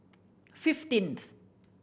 fifteenth